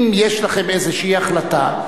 אם יש לכם איזושהי החלטה,